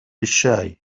الشاي